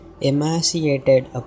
Emaciated